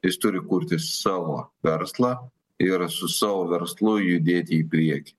jis turi kurti savo verslą ir su savo verslu judėti į priekį